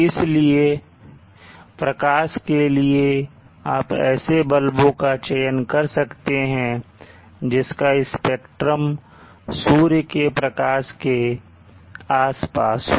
इसलिए प्रकाश के लिए आप ऐसे बल्बों का चयन कर सकते हैं जिसका स्पेक्ट्रम सूर्य के प्रकाश के आसपास हो